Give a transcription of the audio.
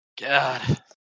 God